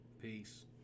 Peace